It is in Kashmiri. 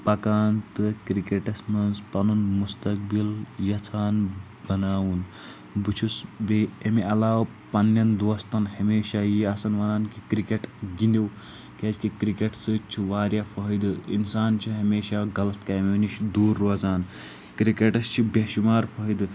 پکان تہٕ کرکٹس منٛز پنُن مستقبِل یژھان بناوُن بہٕ چھُس بیٚیہِ امہِ علاوٕ پنٕنٮ۪ن دوستن ہمیشہ یہِ آسان ونان کہِ کرکٹ گِنٛدیِو کیٛازِ کہِ کرکٹ سۭتۍ چھُ واریاہ فٲیدٕ انسان چھُ ہمیشہ غلط کامیو نِش دوٗر روزان کرکٹس چھِ بےٚ شُمار فٲیدٕ